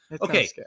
Okay